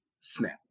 snap